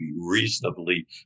reasonably